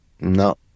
no